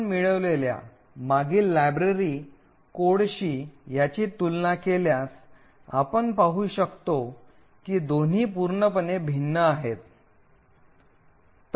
आपण मिळवलेल्या मागील लायब्ररी कोडशी याची तुलना केल्यास आपण पाहू शकतो की दोन्ही पूर्णपणे भिन्न आहेत